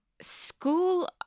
school